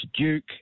Duke